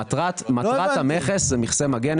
מטרת המכס זה מכסה מגן.